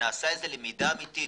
נעשתה למידה אמיתית?